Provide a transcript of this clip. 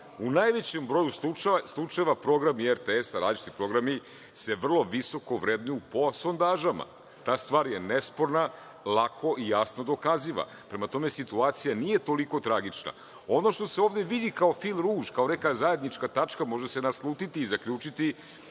U najvećem broju slučajeva programi RTS, različiti programi, se vrlo visoko vrednuju po sondažama. Ta stvar je nesporna, lako i jasno dokaziva. Prema tome, situacija nije toliko tragična. Ono što se ovde vidi kao fil ruž, kao neka zajednička tačka, može se naslutiti i zaključiti